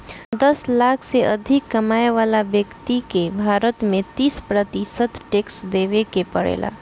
दस लाख से अधिक कमाए वाला ब्यक्ति के भारत में तीस प्रतिशत टैक्स देवे के पड़ेला